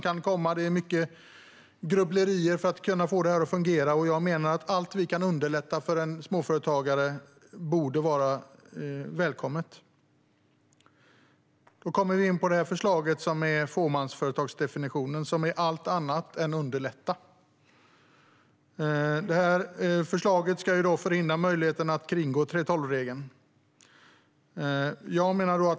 Det behövs mycket grubbleri för att man ska kunna få det att fungera. Jag menar att allt vi kan göra för att underlätta för en småföretagare borde vara välkommet. Då kommer vi in på förslaget om fåmansföretagsdefinitionen. Det är allt annat än att underlätta. Förslaget ska förhindra möjligheten att kringgå 3:12-reglerna.